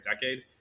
decade